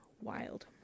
Wild